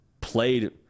played